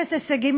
אפס הישגים,